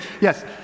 yes